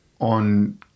on